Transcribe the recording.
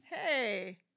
Hey